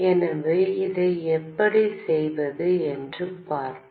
எனவே அதை எப்படி செய்வது என்று பார்ப்போம்